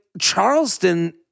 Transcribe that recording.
Charleston